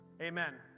amen